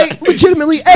legitimately